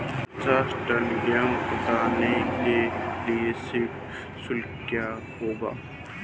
पचास टन गेहूँ उतारने के लिए श्रम शुल्क क्या होगा?